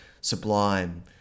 sublime